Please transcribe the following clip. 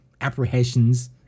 apprehensions